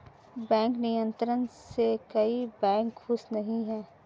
bank नियंत्रण से कई बैंक खुश नही हैं